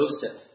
Joseph